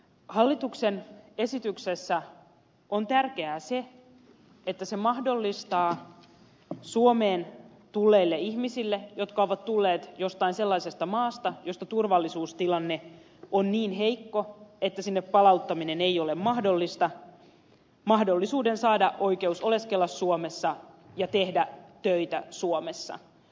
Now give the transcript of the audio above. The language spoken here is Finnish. hallituksen esityksessä on tärkeää se että se mahdollistaa suomeen tulleille ihmisille jotka ovat tulleet jostain sellaisesta maasta jossa turvallisuustilanne on niin heikko että sinne palauttaminen ei ole mahdollista mahdollisuuden saada oikeus oleskella suomessa ja tehdä töitä suomessa